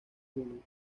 junio